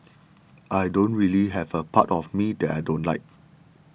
I don't really have a part of me that I don't like